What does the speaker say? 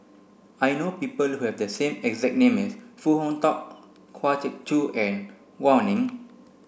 I know people who have the same exact name as Foo Hong Tatt Kwa Geok Choo and Gao Ning